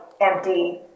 empty